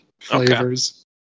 flavors